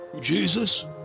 Jesus